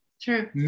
True